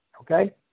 Okay